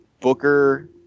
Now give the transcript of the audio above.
Booker